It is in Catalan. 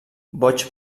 boig